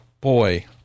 boy